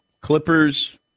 Clippers